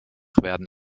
werden